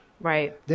Right